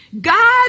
God